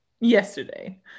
Yesterday